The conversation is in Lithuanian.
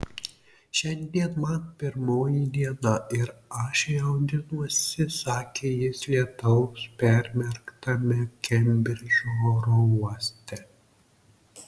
šiandien man pirmoji diena ir aš jaudinuosi sakė jis lietaus permerktame kembridžo oro uoste